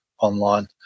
online